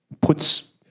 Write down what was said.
puts